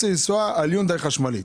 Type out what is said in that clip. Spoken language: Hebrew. רוצה לנסוע על יונדאי חשמלית.